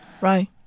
Right